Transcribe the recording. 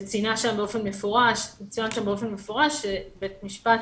וציינה שם באופן מפורש שבית משפט,